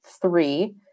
three